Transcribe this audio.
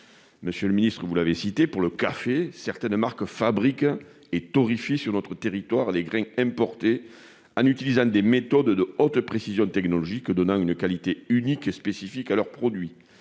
Par exemple, vous l'avez dit, monsieur le ministre, certaines marques fabriquent du café et torréfient sur notre territoire des grains importés en utilisant des méthodes de haute précision technologique donnant une qualité unique et spécifique à leurs produits.